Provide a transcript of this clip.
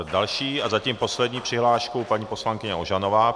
Další a zatím poslední přihlášku paní poslankyně Ožanová.